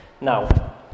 Now